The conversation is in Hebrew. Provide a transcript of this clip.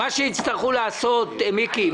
מיקי,